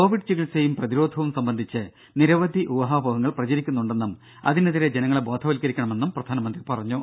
Covid ചികിത്സയും പ്രതിരോധവും സംബന്ധിച്ച് നിരവധി ഊഹാപോഹങ്ങൾ പ്രചരിക്കുന്നുണ്ടെന്നും അതിനെതിരെ ജനങ്ങളെ ബോധവൽക്കരിക്കണമെന്നും പ്രധാനമന്ത്രി പറഞ്ഞു